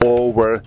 over